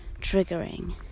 triggering